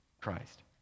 Christ